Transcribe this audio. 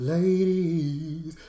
Ladies